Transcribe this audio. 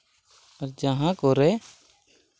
ᱡᱟᱦᱟᱸ ᱠᱚᱨᱮ